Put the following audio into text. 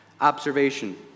Observation